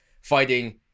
fighting